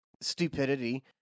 Stupidity